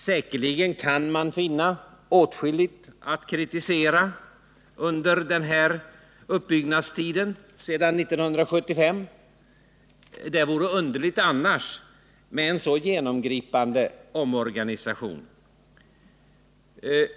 Säkerligen kan man finna åtskilligt att kritisera under uppbyggnadstiden sedan 1975. Det vore underligt annars med en så genomgripande omorganisation.